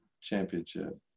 championship